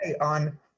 on